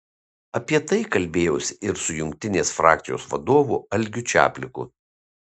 apie tai kalbėjausi ir su jungtinės frakcijos vadovu algiu čapliku